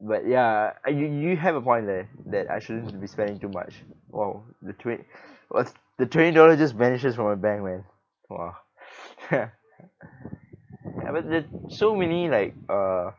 but ya you you have a point there that I shouldn't be spending too much !wow! the twe~ was the twenty dollars just vanishes from my bank man !wah! ever since so many like uh